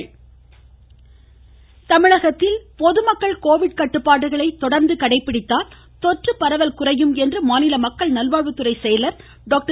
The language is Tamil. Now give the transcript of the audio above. ராதாகிருஷ்ணன் பொதுமக்கள் கோவிட் தமிழகத்தில் கட்டுப்பாடுகளை தொடர்ந்து கடைபிடித்தால் தொற்று பரவல் குறையும் என மாநில மக்கள் நல்வாழ்வுத்துறை செயலர் டாக்டர்